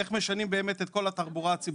איך משנים את כל התחבורה הציבורית.